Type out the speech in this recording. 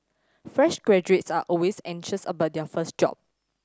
fresh graduates are always anxious about their first job